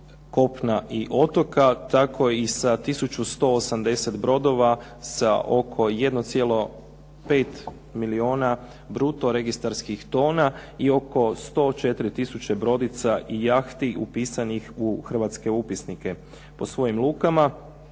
i otoka, tako i sa tisuću 180 brodova sa oko 1,5 milijuna bruto registarskih tona i oko 104 tisuće brodica i jahti upisanih u hrvatske upisnike po svojim lukama,